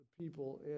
people